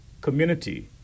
community